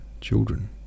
children